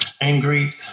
angry